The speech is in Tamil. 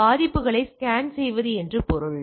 எனவே பாதிப்புகளை ஸ்கேன் செய்வது என்று பொருள்